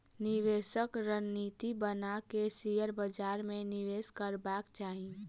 निवेशक रणनीति बना के शेयर बाजार में निवेश करबाक चाही